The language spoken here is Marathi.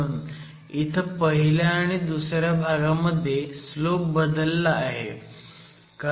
म्हणून इथं पहिल्या आणि दुसऱ्या भागामध्ये स्लोप बदलला आहे